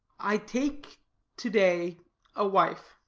i take to-day a wife,